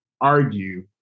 argue